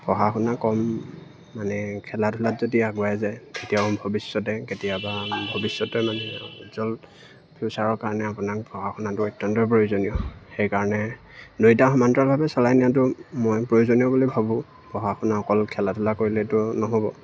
পঢ়া শুনা কম মানে খেলা ধূলাত যদি আগুৱাই যায় তেতিয়াও ভৱিষ্যতে কেতিয়াবা ভৱিষ্যতে মানে উজ্বল ফিউচাৰৰ কাৰণে আপোনাক পঢ়া শুনাটো অত্যন্তই প্ৰয়োজনীয় সেইকাৰণে দুইটা সমান্তৰালভাৱে চলাই নিয়টো মই প্ৰয়োজনীয় বুলি ভাবোঁ পঢ়া শুনা অকল খেলা ধূলা কৰিলেতো নহ'ব